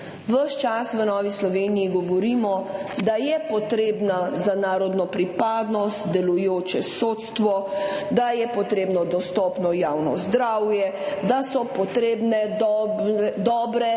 čas v Novi Sloveniji govorimo, da je potrebno za narodno pripadnost delujoče sodstvo, da je potrebno dostopno javno zdravje, da so potrebne dobre,